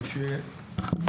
בבקשה.